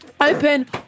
Open